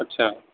اچھا